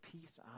peace